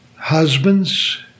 Husbands